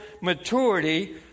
maturity